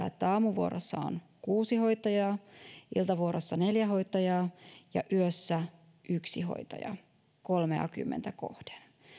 että aamuvuorossa on kuusi hoitajaa iltavuorossa neljä hoitajaa ja yössä yksi hoitaja kolmeakymmentä kohden